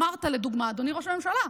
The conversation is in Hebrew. אמרת, לדוגמה, אדוני ראש הממשלה,